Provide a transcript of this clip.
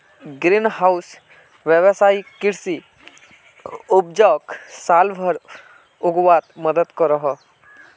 green house वैवसायिक कृषि उपजोक साल भर उग्वात मदद करोह